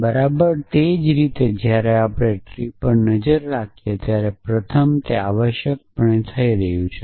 બરાબર તે જ રીતે જ્યારે આપણે ટ્રી પર નજર નાખીએ ત્યારે પ્રથમ તે આવશ્યકપણે થઈ હતી